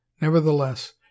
nevertheless